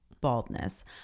baldness